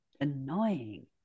annoying